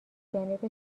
جانب